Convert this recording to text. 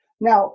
Now